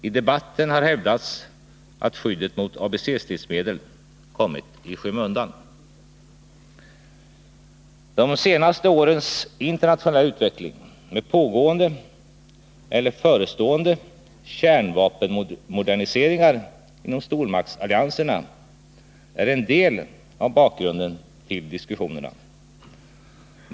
I debatten har hävdats att skyddet mot ABC-stridsmedel kommit i skymun De senaste årens internationella utveckling, med pågående eller förestående kärnvapenmoderniseringar inom stormaktsallianserna, är en del av bakgrunden till diskussionerna.